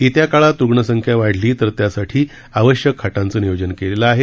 येत्या काळात रूग्ण संख्या वाढली तर त्यासाठी आवश्यक खाटांचे नियोजन केलेलं आहे